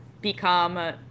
become